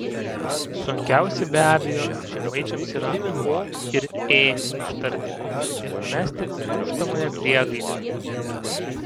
sunkiausi be abejo žemaičiams yra o ir ė ištarti ir numesti lūžtamąją priegaidę